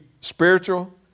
spiritual